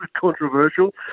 controversial